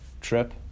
trip